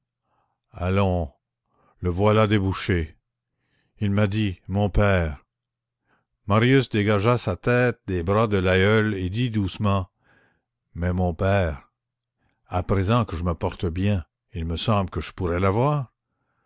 allons le voilà débouché il m'a dit mon père marius dégagea sa tête des bras de l'aïeul et dit doucement mais mon père à présent que je me porte bien il me semble que je pourrais